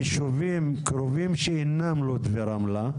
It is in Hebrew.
ביישובים קרובים שאינם לוד ורמלה,